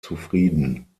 zufrieden